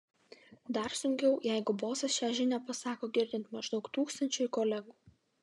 dar sunkiau jeigu bosas šią žinią pasako girdint maždaug tūkstančiui kolegų